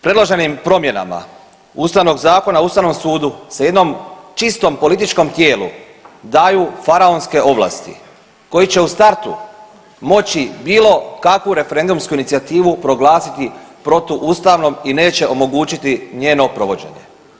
Predloženim promjenama Ustavnog zakona o ustavnom sudu se jednom čistom političkom tijelu daju faraonske ovlasti koji će u startu moći bilo kakvu referendumsku inicijativu proglasiti protuustavnom i neće omogućiti njeno provođenje.